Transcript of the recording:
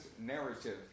narrative